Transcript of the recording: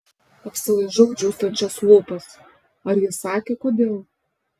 apsilaižau džiūstančias lūpas ar jis sakė kodėl